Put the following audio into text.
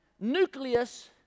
nucleus